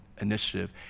initiative